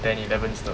then eleven is the